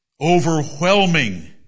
overwhelming